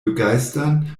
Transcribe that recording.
begeistern